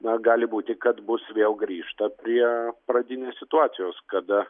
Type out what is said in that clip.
na gali būti kad bus vėl grįžta prie pradinės situacijos kada